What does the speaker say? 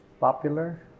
popular